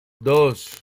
dos